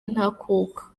ntakuka